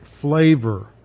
flavor